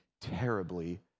terribly